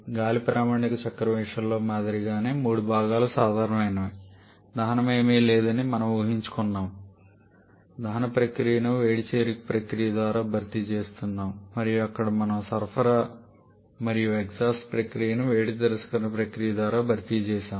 గాలి ప్రామాణిక చక్రాల విషయంలో మాదిరిగానే మూడు భాగాలు సాధారణమైనవి దహనమేమీ లేదని మనము ఊహించుకున్నాము దహన ప్రక్రియను వేడి చేరిక ప్రక్రియ ద్వారా భర్తీ చేస్తున్నాము మరియు అక్కడ మనము సరఫరా మరియు ఎగ్జాస్ట్ ప్రక్రియను వేడి తిరస్కరణ ప్రక్రియ ద్వారా భర్తీ చేసాము